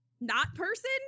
not-person